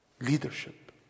leadership